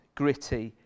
gritty